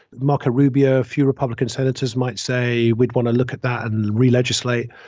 marco rubio, a few republican senators might say we'd want to look at that and re legislate.